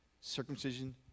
circumcision